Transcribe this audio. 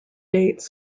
dates